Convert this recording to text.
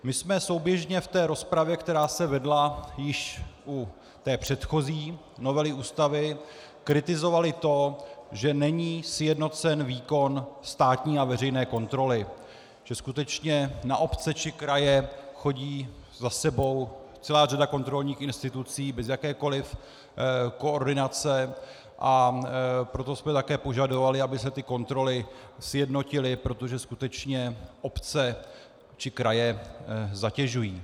My jsme souběžně v rozpravě, která se vedla již u předchozí novely Ústavy, kritizovali to, že není sjednocen výkon státní a veřejné kontroly, že skutečně na obce či kraje chodí za sebou celá řada kontrolních institucí bez jakékoliv koordinace, a proto jsme také požadovali, aby se kontroly sjednotily, protože skutečně obce či kraje zatěžují.